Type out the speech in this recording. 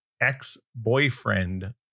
ex-boyfriend